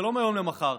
זה לא מהיום למחר,